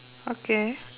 okay